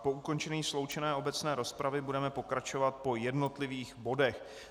Po ukončení sloučené obecné rozpravy budeme pokračovat po jednotlivých bodech.